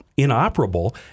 Inoperable